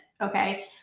okay